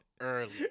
early